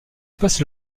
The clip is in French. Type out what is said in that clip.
passent